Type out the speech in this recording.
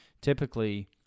typically